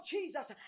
Jesus